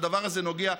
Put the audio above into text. הדבר הזה נוגע,